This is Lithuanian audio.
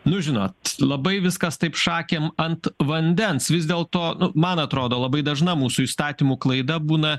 nu žinot labai viskas taip šakėm ant vandens vis dėlto man atrodo labai dažna mūsų įstatymų klaida būna